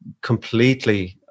completely